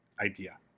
idea